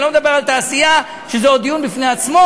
ואני לא מדבר על תעשייה, שזה עוד דיון בפני עצמו.